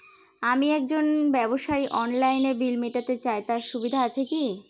আমি একজন ব্যবসায়ী অনলাইনে বিল মিটাতে চাই তার সুবিধা আছে কি?